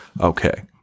Okay